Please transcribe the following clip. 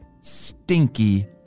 stinky